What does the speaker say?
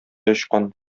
очкан